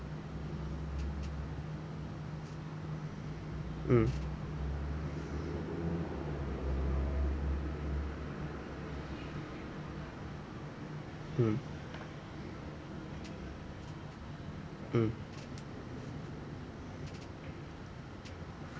mm mm mm